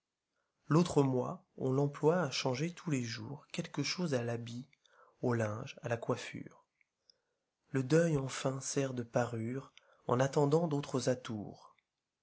l'autre mois on l'emploie à changer tous les jours quelque chose à l'habit a linge à la coiffure le deuil enfin sert de parure en attendant d'autres atours